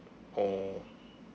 oh